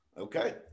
Okay